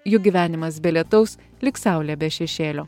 juk gyvenimas be lietaus lyg saulė be šešėlio